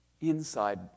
Inside